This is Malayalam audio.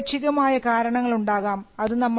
അതിന് ആപേക്ഷികമായ കാരണങ്ങളുമുണ്ടാകാം